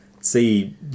see